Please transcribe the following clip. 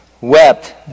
Wept